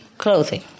Clothing